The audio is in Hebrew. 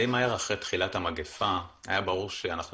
די מהר אחרי תחילת המגפה היה ברור שאנחנו